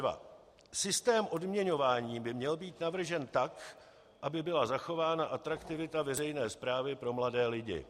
3.2 Systém odměňování by měl být navržen tak, aby byla zachována atraktivita veřejné správy pro mladé lidi.